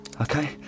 Okay